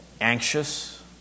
anxious